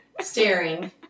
staring